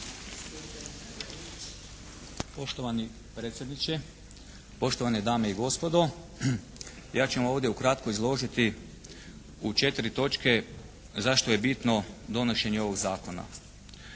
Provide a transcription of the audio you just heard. Poštovani predsjedniče, poštovane dame i gospodo. Ja ću vam ovdje ukratko izložiti u četiri točke zašto je bitno donošenje ovog zakona.